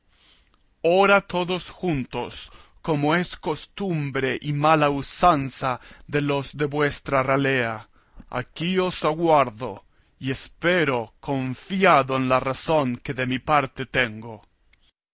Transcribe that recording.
ora todos juntos como es costumbre y mala usanza de los de vuestra ralea aquí os aguardo y espero confiado en la razón que de mi parte tengo